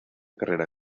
carrera